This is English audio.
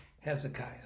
Hezekiah